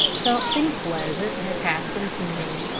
something pleasant has happened to me,